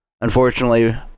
Unfortunately